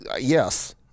Yes